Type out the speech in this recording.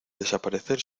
desaparecer